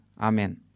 amen